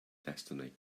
destiny